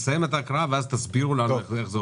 השניים שנמצאים, יש זכות וטו לאחד מהם?